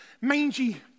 mangy